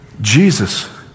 Jesus